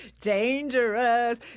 Dangerous